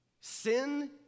Sin